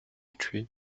tree